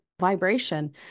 vibration